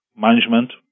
management